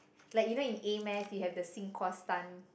like you know in A-maths you have the sin cos tan